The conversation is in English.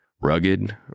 Rugged